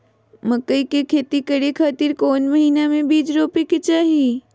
मकई के खेती करें खातिर कौन महीना में बीज रोपे के चाही?